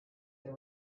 the